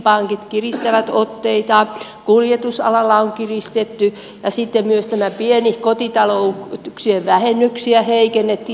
pankit kiristävät otteitaan kuljetusalalla on kiristetty ja sitten myös pienten kotitalouksien vähennyksiä heikennettiin